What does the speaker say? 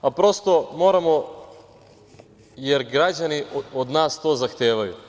Prosto, moramo, jer građani od nas to zahtevaju.